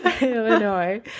Illinois